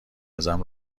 ازم